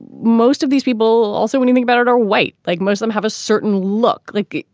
most of these people also, when you think about it, are white, like muslim, have a certain look like.